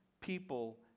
people